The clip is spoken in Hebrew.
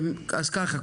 אז ככה.